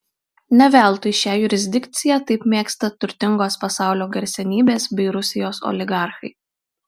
ne veltui šią jurisdikciją taip mėgsta turtingos pasaulio garsenybės bei rusijos oligarchai